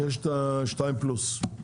יש 2 פלוס.